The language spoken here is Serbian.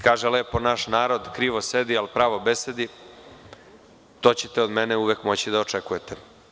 Kaže lepo naš narod – krivo sedi, ali pravo besedi; to ćete od mene uvek moći da očekujete.